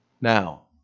Now